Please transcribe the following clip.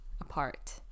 Apart